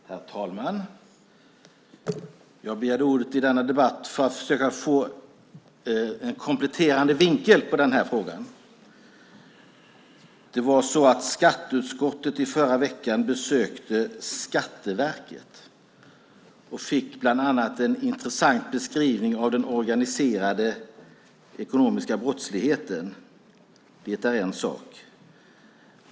Herr talman! Jag begärde ordet i denna debatt för att försöka få en kompletterande vinkel på frågan. Skatteutskottet besökte i förra veckan Skatteverket och fick bland annat en intressant beskrivning av den organiserade ekonomiska brottsligheten. Det är en sak.